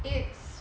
it's